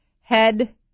head